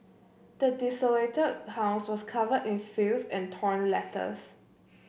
the desolated house was covered in filth and torn letters